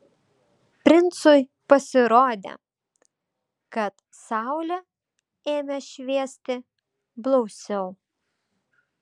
princui pasirodė kad saulė ėmė šviesti blausiau